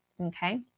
okay